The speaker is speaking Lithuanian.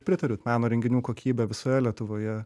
pritariu meno renginių kokybė visoje lietuvoje